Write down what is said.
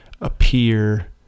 appear